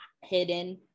hidden